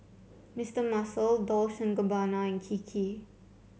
Mister Muscle Dolce and Gabbana and Kiki